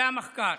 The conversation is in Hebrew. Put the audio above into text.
זה המחקר,